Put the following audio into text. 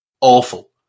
Awful